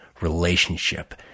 relationship